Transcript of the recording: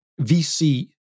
VC